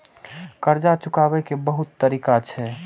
कर्जा चुकाव के बहुत तरीका छै?